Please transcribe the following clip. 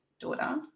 daughter